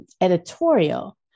editorial